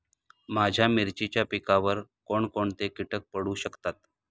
माझ्या मिरचीच्या पिकावर कोण कोणते कीटक पडू शकतात?